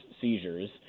seizures